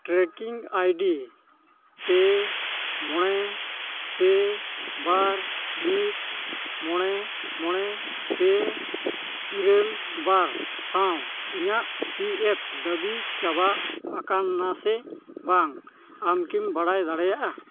ᱯᱮ ᱢᱚᱬᱮ ᱯᱮ ᱵᱟᱨ ᱢᱤᱫ ᱢᱚᱬᱮ ᱢᱚᱬᱮ ᱯᱮ ᱤᱨᱟᱹᱞ ᱵᱟᱨ ᱥᱟᱶ ᱤᱧᱟᱹᱜ ᱫᱟᱹᱵᱤ ᱪᱟᱵᱟᱜ ᱟᱠᱟᱱᱟ ᱥᱮ ᱵᱟᱝ ᱟᱢ ᱠᱤᱢ ᱵᱟᱲᱟᱭ ᱫᱟᱲᱮᱭᱟᱜᱼᱟ